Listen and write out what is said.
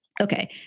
okay